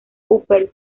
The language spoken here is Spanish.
upper